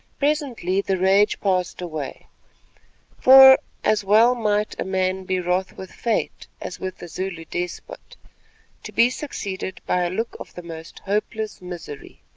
presently the rage passed away for as well might a man be wroth with fate as with a zulu despot to be succeeded by a look of the most hopeless misery.